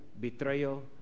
betrayal